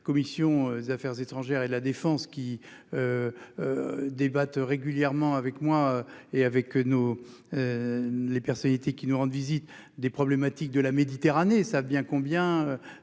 commission des affaires étrangères et la défense qui débattent régulièrement avec moi et avec nous, les personnalités qui nous rendent visite des problématiques de la Méditerranée ça bien combien